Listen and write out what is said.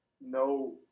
no